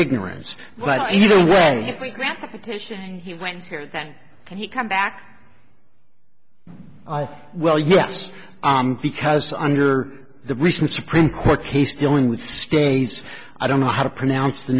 ignorance but either way he went there and then he came back i well yes because under the recent supreme court case dealing with stays i don't know how to pronounce the